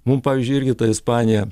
mum pavyzdžiui irgi ta ispanija